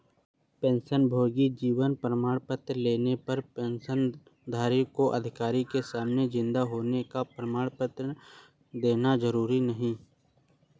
पेंशनभोगी जीवन प्रमाण पत्र लेने पर पेंशनधारी को अधिकारी के सामने जिन्दा होने का प्रमाण देना जरुरी नहीं